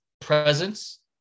presence